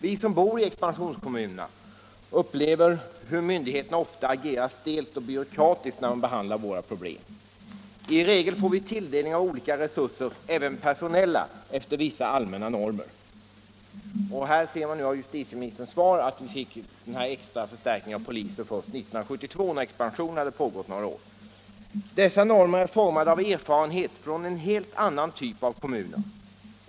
Vi som bor i expansionskommunerna upplever hur myndigheterna ofta agerar stelt och byråkratiskt när man behandlar våra problem. I regel får vi tilldelning av olika resurser, även personella, efter vissa allmänna normer. Av justitieministerns svar framgår att vi fick extraförstärkning av poliser först 1972, när expansionen hade pågått några år. Dessa normer är formade av erfarenhet från en helt annan typ av kommuner.